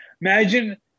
Imagine